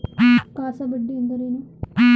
CASA ಬಡ್ಡಿ ಎಂದರೇನು?